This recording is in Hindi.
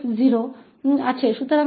तो हमारे यहाँ यह s2𝐿𝑓𝑡 𝑠𝑓 𝑓′ है